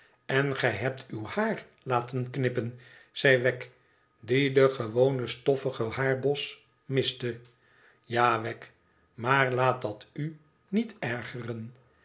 tn gij hebt uw haar laten knippen zei wegg die den gewonen stoffigen hiuurbos miste tja wegg maar laat dat u niet ergeren